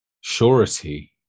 surety